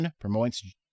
promotes